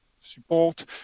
support